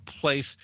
place